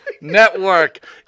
Network